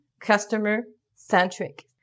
customer-centric